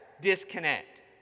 disconnect